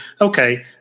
okay